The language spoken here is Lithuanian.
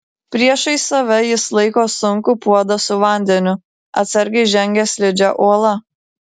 priešais save jis laiko sunkų puodą su vandeniu atsargiai žengia slidžia uola